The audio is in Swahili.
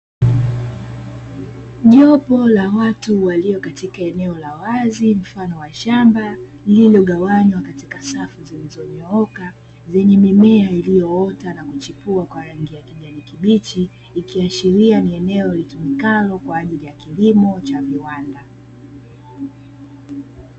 Jopo la watu walio katika eneo la wazi mfano wa shamba, lililogawanywa katika safu zilizonyooka zenye mimea iliyoota na kuchipua kwa rangi ya kijani kibichi, ikiashiria ni eneo litumikalo kwa ajili ya kilimo cha viwanda.